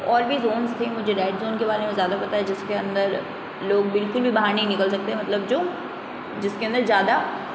और भी ज़ोन्स थे मुझे रैड ज़ोन के बारे में ज़्यादा पता है जिसके अंदर लोग बिलकुल भी बाहर नहीं निकल सकते मतलब जो जिसके के अंदर ज़्यादा